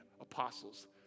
apostles